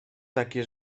takie